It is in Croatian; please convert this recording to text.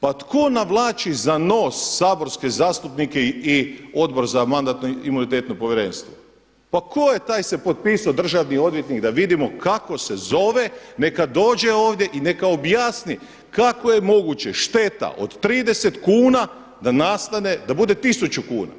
Pa tko navlači za nos saborske zastupnike i odbor za Mandatno-imunitetno povjerenstvo, pa ko je taj se potpisao državni odvjetnik da vidimo kako se zove neka dođe ovdje i neka objasni kako je moguće šteta od 30 kuna da bude tisuću kuna?